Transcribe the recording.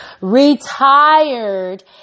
retired